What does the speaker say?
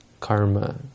karma